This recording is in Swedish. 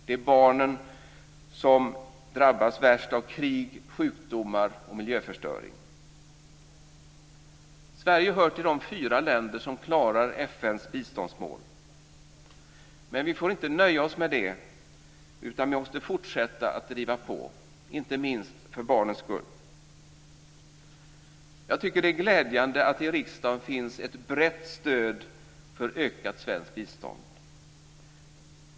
Det är barnen som drabbas värst av krig, sjukdomar och miljöförstöring. Sverige hör till de fyra länder som klarar FN:s biståndsmål. Men vi får inte nöja oss med det, utan vi måste fortsätta att driva på, inte minst för barnens skull. Jag tycker att det är glädjande att det i riksdagen finns ett brett stöd för ökat svenskt bistånd.